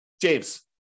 James